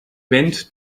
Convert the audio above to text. went